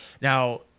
Now